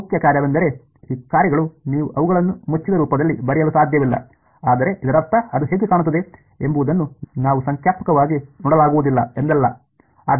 ಮುಖ್ಯ ಕಾರ್ಯವೆಂದರೆ ಈ ಕಾರ್ಯಗಳು ನೀವು ಅವುಗಳನ್ನು ಮುಚ್ಚಿದ ರೂಪದಲ್ಲಿ ಬರೆಯಲು ಸಾಧ್ಯವಿಲ್ಲ ಆದರೆ ಇದರರ್ಥ ಅದು ಹೇಗೆ ಕಾಣುತ್ತದೆ ಎಂಬುದನ್ನು ನಾವು ಸಂಖ್ಯಾತ್ಮಕವಾಗಿ ನೋಡಲಾಗುವುದಿಲ್ಲ ಎಂದಲ್ಲ